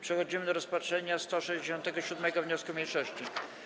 Przechodzimy do rozpatrzenia 167. wniosku mniejszości.